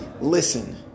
Listen